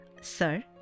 Sir